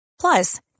Plus